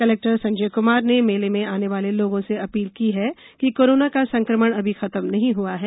collector Sanjay Kumar ने मेले में आने वाले लोगों से अपील की है कि कोरोना का संक्रमण अभी खत्म नहीं हुआ है